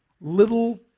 little